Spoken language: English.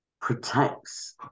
protects